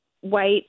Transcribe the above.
white